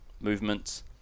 movements